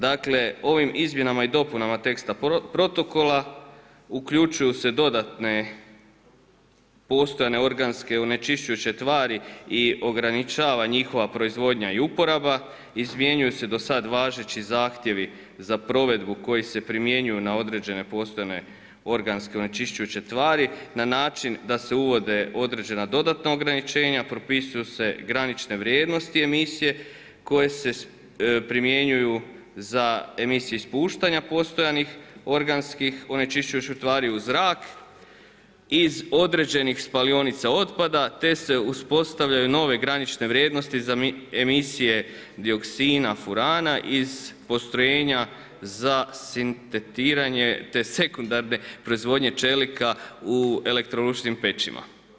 Dakle, ovim izmjenama i dopunama teksta protokola uključuju se dodatne postojane organske onečišćujuće tvari i ograničava njihova proizvodnja i uporaba, izmjenjuju se do sada važeći zahtjevi za provedbu koji se primjenjuju na određene postojane organske onečišćujuće tvari na način da se uvode određena dodatna ograničenja, propisuju se granične vrijednosti emisije koje se primjenjuju za emisije spuštanja postojanih organskih onečišćujućih tvari u zrak iz određenih spalionica otpada te se uspostavljaju nove granične vrijednosti za emisije dioksina furana iz postrojenja za sintetiziranje te sekundarne proizvodnje čelika u elektrolučnim pećima.